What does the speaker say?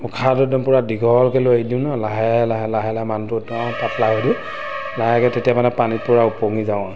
উশাহটো একদম পূৰা দীঘলকৈ লৈ দিওঁ ন' লাহে লাহে লাহে লাহে মানুহটো একদম পাতলা হৈ দিওঁ লাহেকৈ তেতিয়া মানে পানীত পূৰা উপঙি যাওঁ আৰু